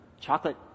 chocolate